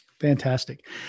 Fantastic